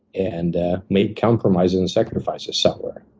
and make compromises and sacrifices somewhere.